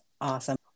awesome